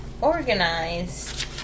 organized